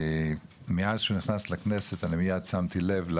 מאז שנכנס לכנסת, אני מייד שמתי לב,